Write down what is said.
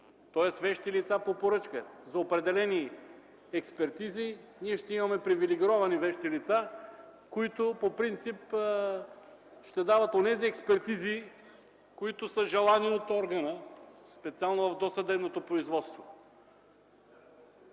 тоест вещи лица по поръчка. За определени експертизи ние ще имаме привилегировани вещи лица, които по принцип ще дават онези експертизи, които са желани от органа, специално в досъдебното производство.